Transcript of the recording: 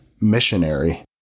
missionary